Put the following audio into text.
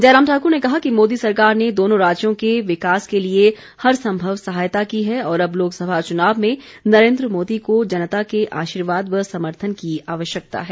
जयराम ठाकर ने कहा कि मोदी सरकार ने दोनों राज्यों के विकास के लिए हर संभव सहायता की है और अब लोकसभा चुनाव में नरेन्द्र मोदी को जनता के आशीर्वाद व समर्थन की आवश्यकता है